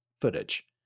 footage